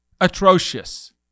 Atrocious